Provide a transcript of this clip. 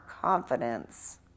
confidence